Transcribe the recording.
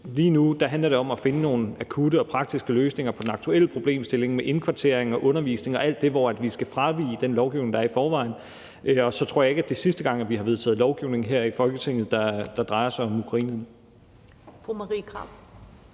lige nu handler om at finde nogle akutte og praktiske løsninger på den aktuelle problemstilling med indkvartering og undervisning og alt det, hvor vi skal fravige den lovgivning, der er i forvejen. Og så tror jeg ikke, det er sidste gang, vi har vedtaget lovgivning her i Folketinget, der drejer sig om ukrainerne.